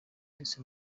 ndetse